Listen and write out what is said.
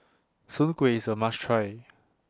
Soon Kway IS A must Try